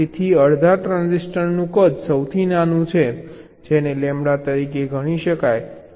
તેથી અડધા ટ્રાન્સિસ્ટરનું કદ સૌથી નાનું છે જેને લેમ્બડા તરીકે ગણી શકાય